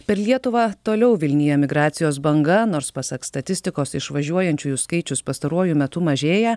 per lietuvą toliau vilnija emigracijos banga nors pasak statistikos išvažiuojančiųjų skaičius pastaruoju metu mažėja